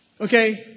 Okay